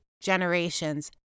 generations